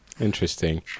Interesting